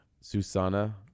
susana